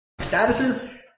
statuses